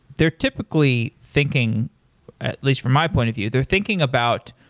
they're typically thinking at least from my point of view, they're thinking about,